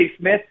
Smith